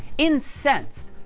incensed,